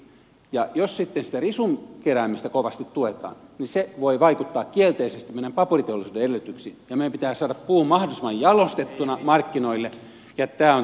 jos sitten sitä risun keräämistä kovasti tuetaan niin se voi vaikuttaa kielteisesti meidän paperiteollisuuden edellytyksiin ja meidän pitää saada puu mahdollisimman jalostettuna markkinoille ja tämä on tärkeätä